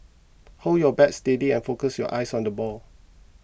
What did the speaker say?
hold your bat steady and focus your eyes on the ball